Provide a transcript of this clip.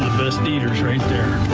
best eaters right there.